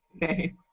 Thanks